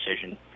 decision